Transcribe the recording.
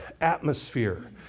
atmosphere